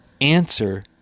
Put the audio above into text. answer